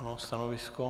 Stanovisko?